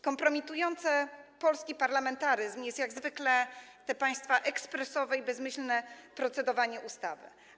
Kompromitujące polski parlamentaryzm jest jak zwykle to państwa ekspresowe i bezmyślne procedowanie ustawy.